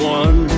one